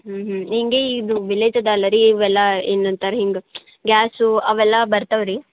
ಹ್ಞೂಂ ಹ್ಞೂಂ ಹಿಂಗೆ ಇದು ವಿಲೇಜ್ ಅದು ಅಲ್ಲರೀ ಇವೆಲ್ಲ ಏನು ಅಂತಾರೆ ಹಿಂಗೆ ಗ್ಯಾಸು ಅವೆಲ್ಲ ಬರ್ತಾವೆ ರೀ